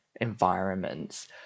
environments